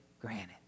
granted